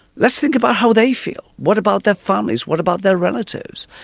let's think about how they feel, what about their families, what about their relatives?